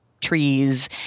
trees